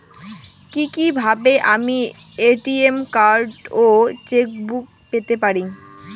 কি কিভাবে আমি এ.টি.এম কার্ড ও চেক বুক পেতে পারি?